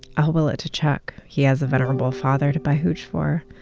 i'll will it to chuck. he has a venerable father to buy hooch for.